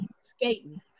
skating